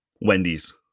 Wendy's